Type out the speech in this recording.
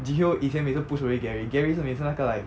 ji hyo 以前每次 push away gary gary 是每次那个 like